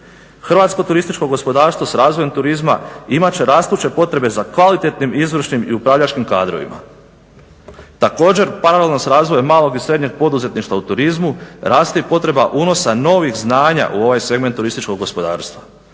Hrvatsko turističko gospodarstvo s razvojem turizma imat će rastuće potrebe za kvalitetnim izvršnim i upravljačkim kadrovima. Također paralelno sa razvojem malog i srednjeg poduzetništva u turizmu raste i potreba unosa novih znanja u ovaj segment turističkog gospodarstva.